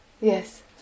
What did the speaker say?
yes